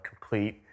complete